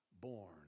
born